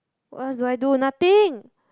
what else do I do nothing